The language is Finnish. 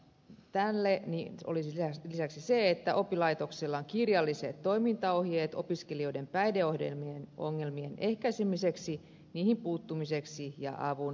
edellytyksenä tälle olisi lisäksi se että oppilaitoksella on kirjalliset toimintaohjeet opiskelijoiden päihdeongelmien ehkäisemiksi niihin puuttumiseksi ja avun tarjoamiseksi